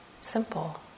Simple